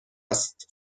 است